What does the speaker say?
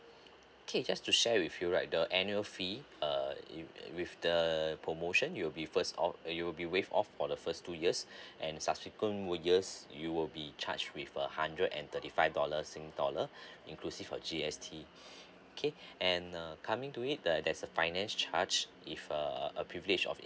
okay just to share with you right the annual fee uh it with the promotion it'll be first or you will be waive off for the first two years and subsequent years you will be charged with a hundred and thirty five dollars sing dollar inclusive of G_S_T okay and uh coming to it the there's a finance charge if a a privilege of it